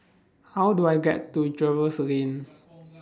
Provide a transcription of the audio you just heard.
How Do I get to Jervois Lane